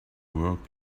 work